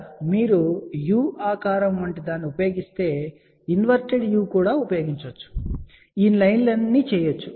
కాబట్టి మీరు ఇక్కడ u ఆకారం వంటిదాన్ని ఉపయోగిస్తే మరియు ఇన్ వర్టెడ్ u కూడా ఉపయోగించవచ్చు మరియు ఈ లైన్లన్నీ చేయవచ్చు